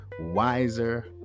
wiser